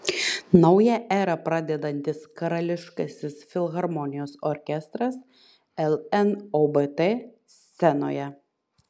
naują erą pradedantis karališkasis filharmonijos orkestras lnobt scenoje